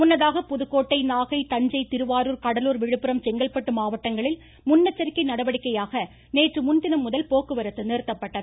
முன்னதாக புதுக்கோட்டை நாகை தஞ்சை திருவாருர் கடலூர் விழுப்புரம் செங்கல்பட்டு மாவட்டங்களில் முன்னெச்சரிக்கை நடவடிக்கையாக நேற்று முன்தினம்முதல் போக்குவரத்து நிறுத்தப்பட்டது